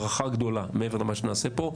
ברכה גדולה מעבר למה שנעשה פה,